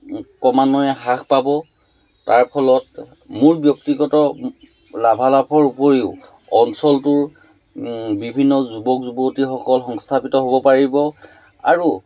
ক্ৰমান্বয়ে হ্ৰাস পাব তাৰ ফলত মোৰ ব্যক্তিগত লাভালাভৰ উপৰিও অঞ্চলটোৰ বিভিন্ন যুৱক যুৱতীসকল সংস্থাপিত হ'ব পাৰিব আৰু